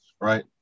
Right